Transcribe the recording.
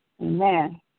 Amen